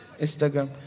Instagram